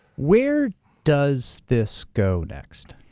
where does this go next?